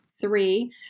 three